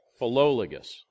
Philologus